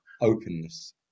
openness